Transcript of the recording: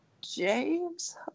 James